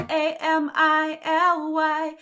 Family